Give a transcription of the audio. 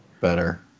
better